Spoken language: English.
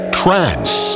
trance